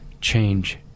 change